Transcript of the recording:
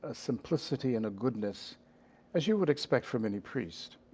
ah simplicity and goodness as you would expect from any priest.